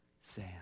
Sam